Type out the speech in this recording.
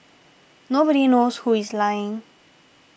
nobody knows who is lying